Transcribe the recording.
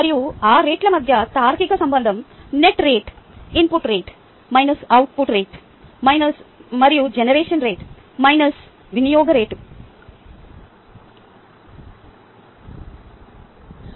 మరియు ఆ రేట్ల మధ్య తార్కిక సంబంధం net rate input rate minus output rate మరియు జనరేషన్ రేట్ మైనస్ వినియోగ రేటు